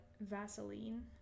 Vaseline